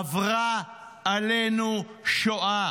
עברה עלינו שואה.